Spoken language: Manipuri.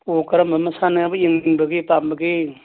ꯑꯣ ꯀꯔꯝꯕ ꯃꯁꯥꯟꯅ ꯌꯦꯡꯅꯤꯡꯕꯒꯦ ꯄꯥꯝꯕꯒꯦ